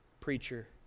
preacher